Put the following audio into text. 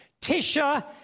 Tisha